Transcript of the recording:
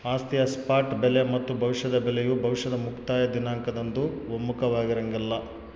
ಆಸ್ತಿಯ ಸ್ಪಾಟ್ ಬೆಲೆ ಮತ್ತು ಭವಿಷ್ಯದ ಬೆಲೆಯು ಭವಿಷ್ಯದ ಮುಕ್ತಾಯ ದಿನಾಂಕದಂದು ಒಮ್ಮುಖವಾಗಿರಂಗಿಲ್ಲ